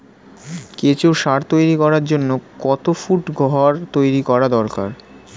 কেঁচো সার তৈরি করার জন্য কত ফুট ঘর তৈরি করা দরকার?